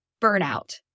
Burnout